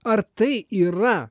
ar tai yra